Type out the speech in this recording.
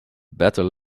better